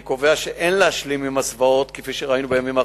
אני קובע שאין להשלים עם הזוועות כפי שראינו בימים האחרונים.